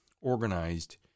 organized